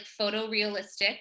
photorealistic